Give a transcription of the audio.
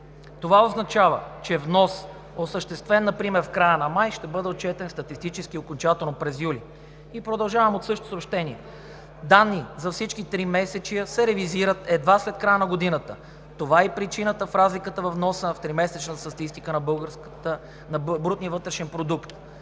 Това означава, че внос, осъществен например в края на май, ще бъде отчетен статистически окончателно през юли.“ И продължавам от същото съобщение: „Данни за всички тримесечия се ревизират едва след края на годината. Това е и причината за разликата във вноса в тримесечната статистика за брутния вътрешен продукт.“